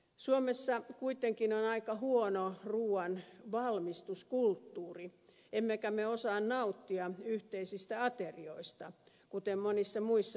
suomessa kuitenkin on aika huono ruuanvalmistuskulttuuri emmekä me osaa nauttia yhteisistä aterioista kuten monissa muissa maissa osataan